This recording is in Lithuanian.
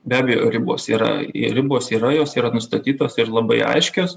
be abejo ribos yra i ribos yra jos yra nustatytos ir labai aiškios